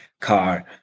car